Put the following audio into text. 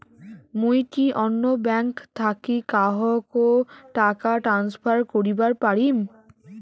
মুই কি অন্য ব্যাঙ্ক থাকি কাহকো টাকা ট্রান্সফার করিবার পারিম?